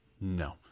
No